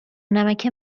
نمک